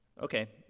okay